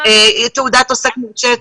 תעודת עוסק מורשה.